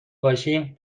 باشی